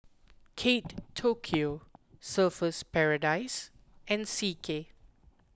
Kate Tokyo Surfer's Paradise and C K